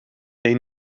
they